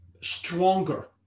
stronger